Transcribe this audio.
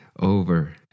over